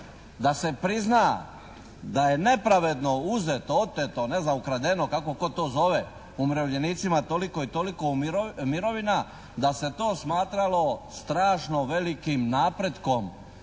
da se prizna da je nepravedno uzeto, oteto, ne znam ukradeno kako tko to zove, umirovljenica toliko i toliko mirovina da se to smatralo strašno velikim napretkom